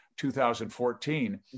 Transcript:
2014